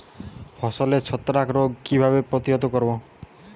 ফসলের ছত্রাক রোগ কিভাবে প্রতিহত করব?